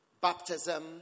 Baptism